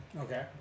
Okay